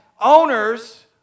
owners